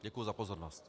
Děkuji za pozornost.